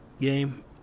game